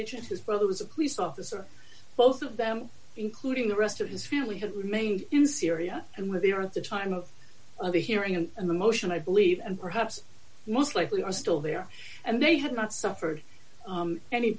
agent his brother was a police officer both of them including the rest of his family have remained in syria and were there at the time of the hearing and in the motion i believe and perhaps most likely are still there and they have not suffered